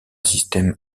système